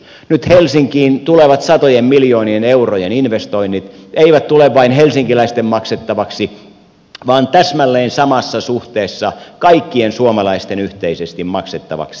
nyt helsinkiin tulevat satojen miljoonien eurojen investoinnit eivät tule vain helsinkiläisten maksettavaksi vaan täsmälleen samassa suhteessa kaikkien suomalaisten yhteisesti maksettavaksi